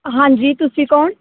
ਹਾਂਜੀ ਤੁਸੀਂ ਕੌਣ